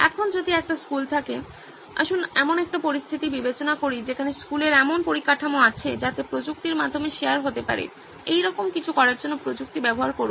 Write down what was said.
এখন যদি একটি স্কুল থাকে আসুন এমন একটি পরিস্থিতি বিবেচনা করি যেখানে স্কুলের এমন পরিকাঠামো আছে যাতে প্রযুক্তির মাধ্যমে শেয়ার হতে পারে এইরকম কিছু করার জন্য প্রযুক্তি ব্যবহার করুন